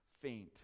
faint